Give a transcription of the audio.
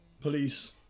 police